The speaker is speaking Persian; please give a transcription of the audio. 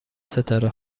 ستاره